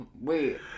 wait